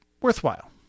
worthwhile